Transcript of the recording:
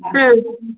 ಹಾಂ